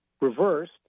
reversed